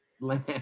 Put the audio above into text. Land